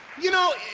you know,